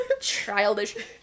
childish